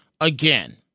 again